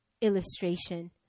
illustration